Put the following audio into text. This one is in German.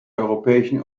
europäischen